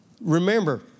remember